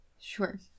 Sure